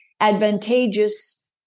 advantageous